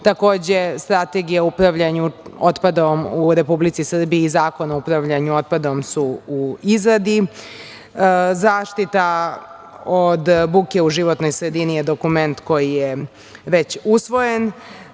Takođe, strategija o upravljanju otpadom u Republici Srbiji i Zakon o upravljanju otpadom su u izradi. Zaštita od buke u životnoj sredini je dokument koji je već usvojen.